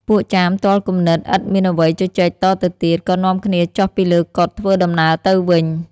ពួកចាមទាល់គំនិតឥតមានអ្វីជជែកតទៅទៀត ក៏នាំគ្នាចុះពីលើកុដិធ្វើដំណើរទៅវិញ។